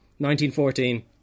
1914